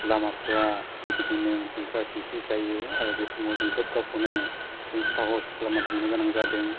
लामाफ्रा बेबायदिनो खेंख्रा खेंख्रि जायो आरो बे समाव जों खोब गावखौनो जों साहस खालामना थांनो गोनां जादों